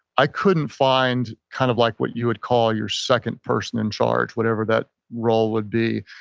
i couldn't find kind of like what you would call your second person in charge. whatever that role would be.